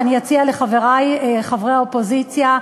ואני אציע לחברי חברי האופוזיציה,